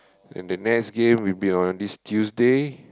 and that match game will be on this Tuesday